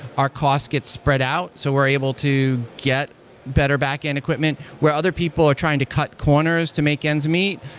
our cost gets spread out, so we're able to get better backend equipment. where other people are trying to cut corners to make ends meet,